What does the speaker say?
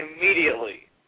Immediately